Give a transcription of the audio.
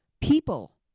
people